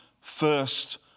first